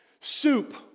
Soup